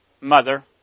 mother